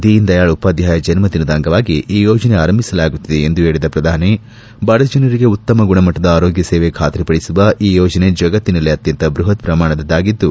ದೀನ್ ದಯಾಳ್ ಉಪಾಧ್ಯಾಯ ಜನ್ಮದಿನದ ಅಂಗವಾಗಿ ಈ ಯೋಜನೆ ಆರಂಭಿಸಲಾಗುತ್ತಿದೆ ಎಂದು ಹೇಳಿದ ಪ್ರಧಾನಿ ಬಡಜನರಿಗೆ ಉತ್ತಮ ಗುಣಮಟ್ಟದ ಆರೋಗ್ಯ ಸೇವೆ ಖಾತ್ರಿಪಡಿಸುವ ಈ ಯೋಜನೆ ಜಗತ್ತಿನಲ್ಲೆ ಅತ್ಯಂತ ಬೃಹತ್ ಪ್ರಮಾಣದ್ದಾಗಿದ್ದು